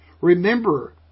Remember